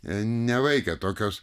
nevaikė tokios